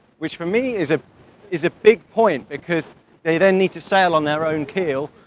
which for me is a is a big point, because they then need to sail on their own keel,